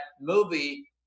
movie